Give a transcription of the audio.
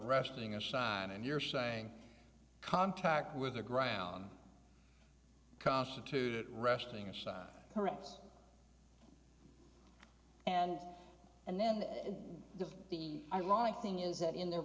restling aside and you're saying contact with the ground constitute resting aside correct and and then the the ironic thing is that in the